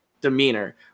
demeanor